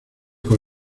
con